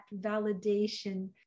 validation